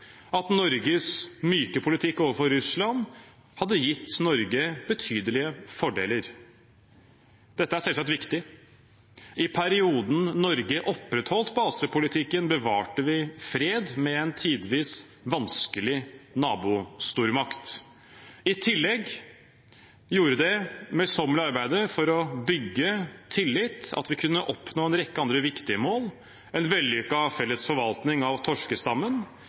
at Norges myke politikk overfor Russland hadde gitt Norge betydelige fordeler. Dette er selvsagt viktig. I perioden Norge opprettholdt basepolitikken, bevarte vi fred med en tidvis vanskelig nabostormakt. I tillegg gjorde det møysommelige arbeidet for å bygge tillit at vi oppnådde en rekke andre viktige mål: en vellykket felles forvaltning av torskestammen,